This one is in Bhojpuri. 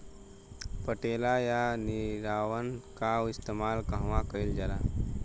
पटेला या निरावन का इस्तेमाल कहवा कइल जाला?